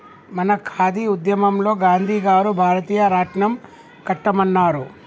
మన ఖాదీ ఉద్యమంలో గాంధీ గారు భారతీయ రాట్నం కట్టమన్నారు